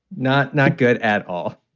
not not good at all.